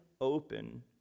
open